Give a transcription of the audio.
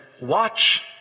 watch